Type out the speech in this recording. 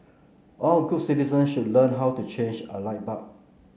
all good citizen should learn how to change a light bulb